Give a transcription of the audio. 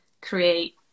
create